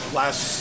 last